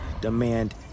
demand